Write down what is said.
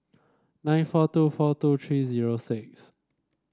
nine four two four two three zero six